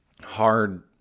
hard